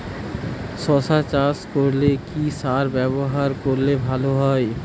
শশা চাষ করলে কি সার ব্যবহার করলে ভালো হয়?